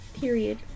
Period